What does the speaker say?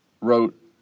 wrote